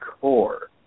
core